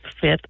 fifth